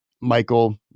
michael